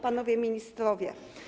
Panowie Ministrowie!